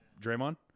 Draymond